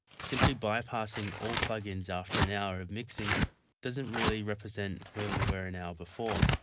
simply bypassing all plugins after an hour of mixing doesn't really represent where we were an hour before.